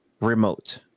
remote